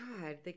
God